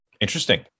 Interesting